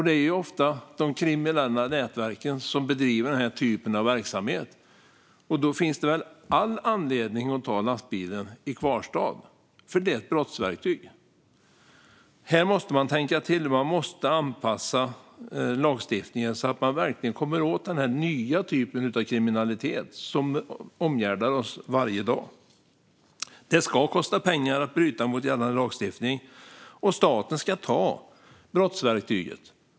Det är också ofta de kriminella nätverken som bedriver den typen av verksamhet. Då finns det väl all anledning att belägga lastbilen med kvarstad, eftersom den är ett brottsverktyg. Här måste man tänka till. Man måste anpassa lagstiftningen så att man verkligen kommer åt den här nya typen av kriminalitet som omgärdar oss varje dag. Det ska kosta pengar att bryta mot gällande lagstiftning. Staten ska också ta brottsverktyget.